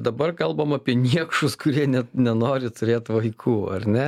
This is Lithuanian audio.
dabar kalbam apie niekšus kurie net nenori turėt vaikų ar ne